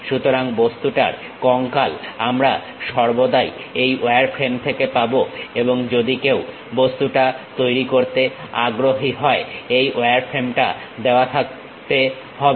সুতরাং বস্তুটার কঙ্কাল আমরা সর্বদাই এই ওয়ারফ্রেম থেকে পাবো এবং যদি কেও বস্তুটা তৈরি করতে আগ্রহী থাকে এই ওয়ারফ্রেমটা দেওয়া থাকতে হবে